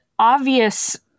obvious